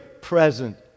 present